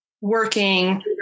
working